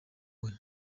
wose